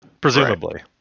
Presumably